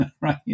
Right